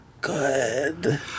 Good